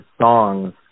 songs